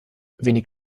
wenig